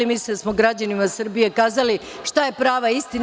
Mislim da smo građanima Srbije kazali šta je prava istina.